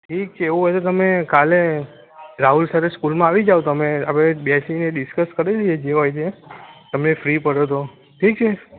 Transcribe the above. ઠીક છે એવું હોય તો તમે કાલે રાહુલ સાથે સ્કૂલમાં આવી જાવ તમે આપડે બેસીને ડિસ્કસ કરી લઈએ જે હોય તે તમે ફ્રી પડો તો ઠીક છે